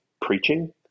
preaching